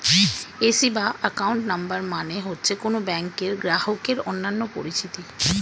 AC বা account number মানে হচ্ছে কোন ব্যাংকের গ্রাহকের অন্যান্য পরিচিতি